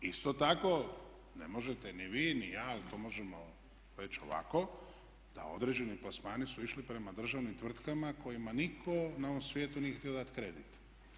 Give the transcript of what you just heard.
Isto tako, ne možete ni vi, ni ja ali to možemo reći ovako da određeni plasmani su išli prema državnim tvrtkama kojima nitko na ovom svijetu nije htio dati kredit.